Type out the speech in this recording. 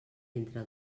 entre